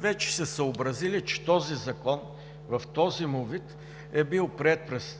вече са съобразили, че този закон в този му вид е бил приет